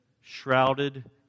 shrouded